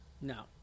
No